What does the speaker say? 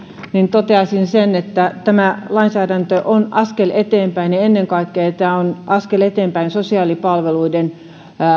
toteaisin sen että tämä lainsäädäntö on askel eteenpäin ja ennen kaikkea tämä on askel eteenpäin sosiaalipalveluiden